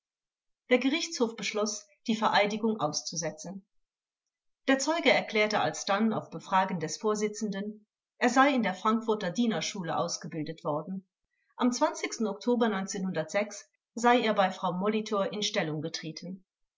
der gerichtshof beschloß die vereidigung auszusetzen der zeuge erklärte alsdann auf befragen des vorsitzenden er sei in der frankfurter dienerschule ausgebildet worden am oktober sei er bei frau molitor in stellung getreten